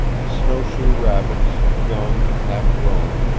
snowshoe rabbits, young and half grown,